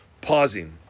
pausing